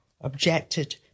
objected